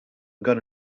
gonna